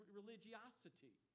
religiosity